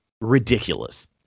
Ridiculous